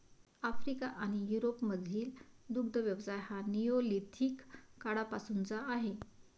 Africa आणि युरोपमधील दुग्ध व्यवसाय हा निओलिथिक काळापासूनचा आहे